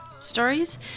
stories